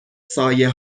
سایه